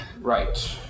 Right